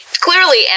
Clearly